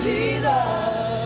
Jesus